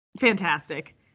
fantastic